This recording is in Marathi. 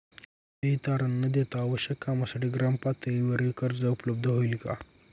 कोणतेही तारण न देता आवश्यक कामासाठी ग्रामपातळीवर कर्ज उपलब्ध होईल का?